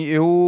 eu